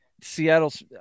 seattle's